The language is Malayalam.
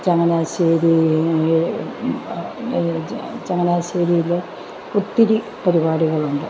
ചങ്ങനാശ്ശേരി ചങ്ങനാശ്ശേരിയിൽ ഒത്തിരി പരിപാടികളുണ്ട്